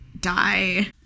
die